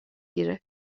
گیره